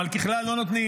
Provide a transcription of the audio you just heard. אבל ככלל לא נותנים